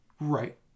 Right